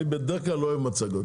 אני בדרך כלל לא אוהב מצגות.